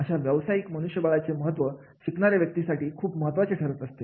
अशा व्यवसायिक मनुष्यबळाचे महत्त्व शिकणाऱ्या संस्थांसाठी खूप महत्त्वाचे ठरत असते